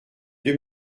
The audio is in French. deux